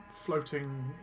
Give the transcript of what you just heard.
floating